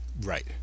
Right